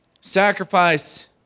Sacrifice